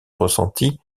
ressentie